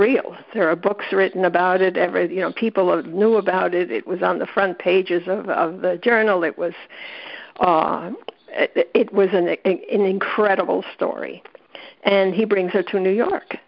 real sarah books written about it every day you know people knew about it it was on the front pages of the journal it was it was an incredible story and he brings her to new york